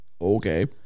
Okay